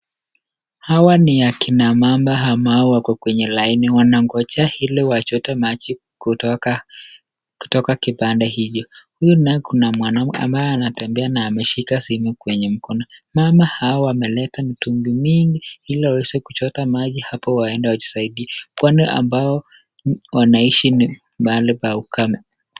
Hawa ni akina mama ambao wako kwenye laini wanangoja ili wachote maji kutoka kibanda hiyo. Juu naye kuna mwanamke ambaye anatembea na ameshika simu kwenye mkono. Mama hao wameleta mitungi mingi ili waweze kuchota maji hapo waende wajisaidiae. Kwani ambao wanaishi ni mahali pa ukame.